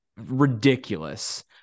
ridiculous